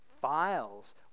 files